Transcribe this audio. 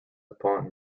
upon